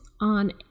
on